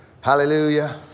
Hallelujah